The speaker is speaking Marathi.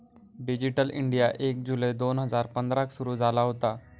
डीजीटल इंडीया एक जुलै दोन हजार पंधराक सुरू झाला होता